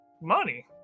money